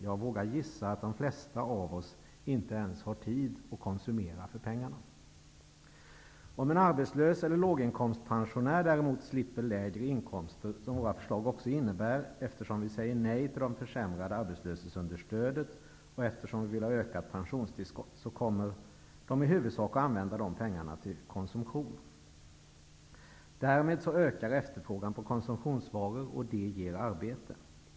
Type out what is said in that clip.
Jag vågar gissa att de flesta av oss inte ens har tid att konsumera för pengarna. Om en arbetslös eller låginkomstpensionär däremot slipper lägre inkomster -- som våra förslag också innebär, eftersom vi säger nej till det försämrade arbetslöshetsunderstödet och eftersom vi vill ha ökat pensionstillskott -- kommer de i huvudsak att använda pengarna till konsumtion. Därmed ökar efterfrågan på konsumtionsvaror, och det ger arbete.